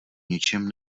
ničem